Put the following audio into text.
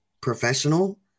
professional